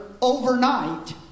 overnight